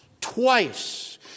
twice